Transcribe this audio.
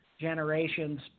generations